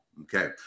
okay